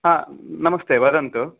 हां नमस्ते वदन्तु